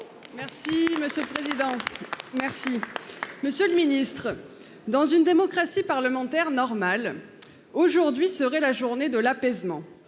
Merci monsieur le président. Merci. Monsieur le Ministre, dans une démocratie parlementaire normale. Aujourd'hui, serait la journée de l'apaisement